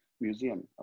Museum